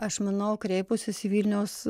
aš manau kreipusis į vilniaus